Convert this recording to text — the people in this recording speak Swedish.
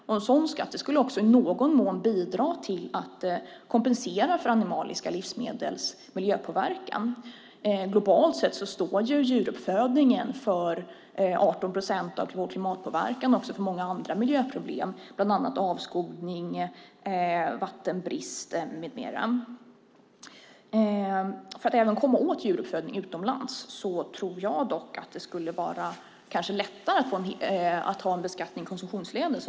En sådan skatt skulle också i någon mån bidra till att kompensera för animaliska livsmedels miljöpåverkan. Globalt sett står djuruppfödningen för 18 procent av vår klimatpåverkan och också för många andra miljöproblem. Det gäller då bland annat avskogning och vattenbrist. För att även komma åt djuruppfödningen utomlands tror jag att det kanske skulle vara lättare att ha en beskattning i konsumtionsledet.